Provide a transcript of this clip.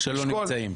שלא נמצאים.